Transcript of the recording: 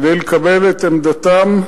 כדי לקבל את עמדתם.